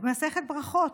במסכת ברכות: